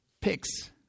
picks